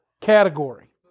category